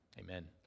Amen